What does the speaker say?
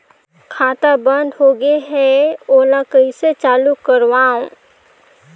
खाता बन्द होगे है ओला कइसे चालू करवाओ?